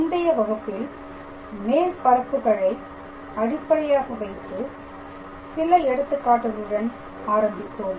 முந்தைய வகுப்பில் மேற்பரப்புகளை அடிப்படையாக வைத்து சில எடுத்துக்காட்டுகளுடன் ஆரம்பித்தோம்